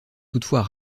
toutefois